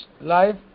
life